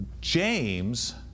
James